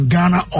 Ghana